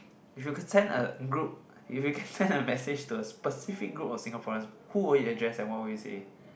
if you could send a group if you can send a message to a specific group of Singaporeans who will you address and what you will say